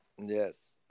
Yes